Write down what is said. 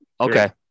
Okay